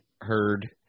heard